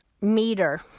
meter